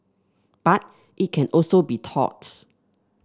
but it can also be taught